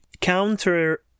counter